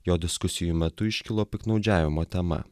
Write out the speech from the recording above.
jo diskusijų metu iškilo piktnaudžiavimo tema